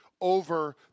over